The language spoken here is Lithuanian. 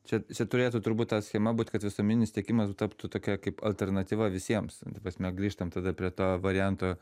čia čia turėtų turbūt ta schema būt kad visuomeninis tiekimas taptų tokia kaip alternatyva visiems ta prasme grįžtam tada prie to varianto